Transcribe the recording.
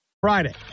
Friday